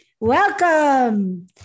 Welcome